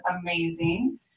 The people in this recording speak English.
amazing